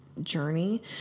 journey